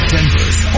Denver's